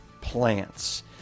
plants